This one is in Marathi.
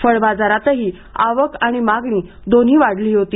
फळबाजारातही आवक आणि मागणी दोन्ही वाढली होती